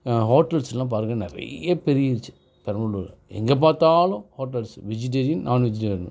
ஹோட்டல்ஸெலாம் பாருங்க நிறைய பெருகிடுச்சு பெரம்பலூரில் எங்கேப் பார்த்தாலும் ஹோட்டல்ஸ் வெஜிடேரியன் நான்வெஜிடேரியன்